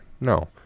No